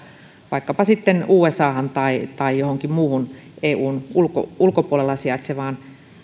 vaikkapa sitten usahan tai tai johonkin muuhun eun ulkopuolella sijaitsevaan